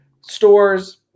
stores